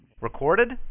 Recorded